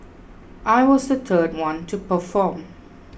I was the third one to perform